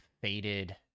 faded